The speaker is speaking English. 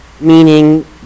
meaning